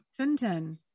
Tintin